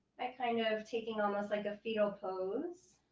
that kind of taking almost like a fetal pose.